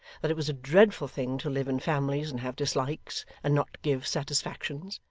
that it was a dreadful thing to live in families and have dislikes, and not give satisfactions.